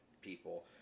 people